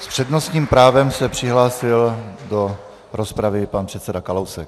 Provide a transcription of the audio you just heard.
S přednostním právem se přihlásil do rozpravy pan předseda Kalousek.